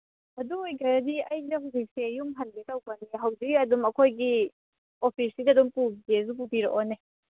ꯑꯗꯨ ꯑꯣꯏꯈ꯭ꯔꯒꯗꯤ ꯑꯩꯁꯦ ꯍꯧꯖꯤꯛꯁꯦ ꯌꯨꯝ ꯍꯟꯒꯦ ꯇꯧꯕ ꯍꯧꯖꯤꯛ ꯑꯗꯨꯝ ꯑꯩꯈꯣꯏꯒꯤ ꯑꯣꯐꯤꯁꯇ ꯄꯨꯒꯦꯁꯨ ꯄꯨꯕꯤꯔꯛꯑꯣꯅꯦ